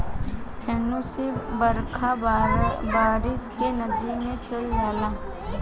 फेनू से बरखा बरस के नदी मे चल जाला